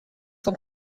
vom